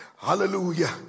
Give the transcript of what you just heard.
hallelujah